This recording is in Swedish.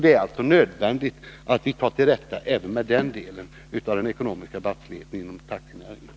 Det är därför nödvändigt att vi kommer till rätta även med den delen av den ekonomiska brottsligheten inom taxinäringen.